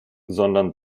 sondern